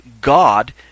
God